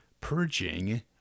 purging